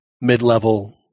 mid-level